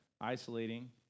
Isolating